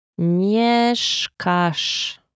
Mieszkasz